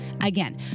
Again